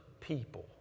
people